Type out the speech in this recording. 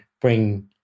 bring